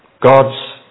God's